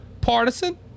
partisan